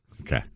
Okay